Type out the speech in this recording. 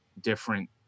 different